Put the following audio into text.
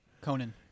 Conan